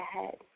ahead